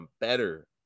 better